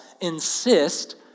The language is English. insist